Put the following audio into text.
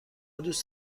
دوست